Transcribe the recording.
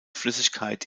flüssigkeit